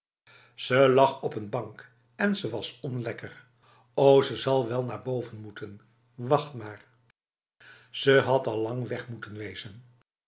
ze lag op een bank en ze was onlekker o ze zal wel naar boven moeten wacht maar ze had allang weg moeten wezenf